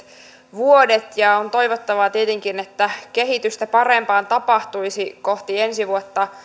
vuodet ja on toivottavaa tietenkin että kehitystä parempaan tapahtuisi kohti ensi vuotta